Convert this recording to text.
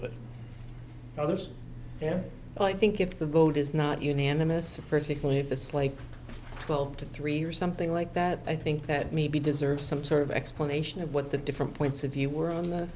to others yeah i think if the vote is not unanimous a particularly if it's like twelve to three or something like that i think that maybe deserves some sort of explanation of what the different points of view were on th